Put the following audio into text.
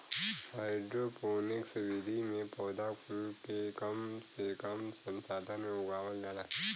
hydroponics विधि में पौधा कुल के कम से कम संसाधन में उगावल जाला